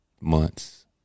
months